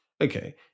Okay